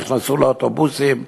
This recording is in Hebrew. נכנסו לאוטובוסים ונסעו,